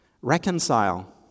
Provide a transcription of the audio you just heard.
reconcile